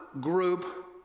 group